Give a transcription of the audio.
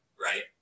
right